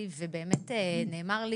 ניירות עמדה,